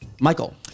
Michael